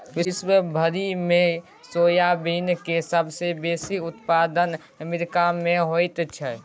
विश्व भरिमे सोयाबीनक सबसे बेसी उत्पादन अमेरिकामे होइत छै